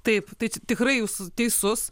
taip tai tikrai jūs teisus